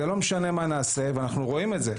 זה לא משנה מה נעשה, ואנחנו רואים את זה.